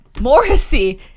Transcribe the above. Morrissey